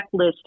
checklist